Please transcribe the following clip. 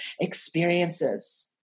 experiences